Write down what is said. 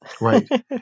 Right